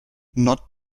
not